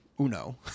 Uno